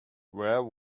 where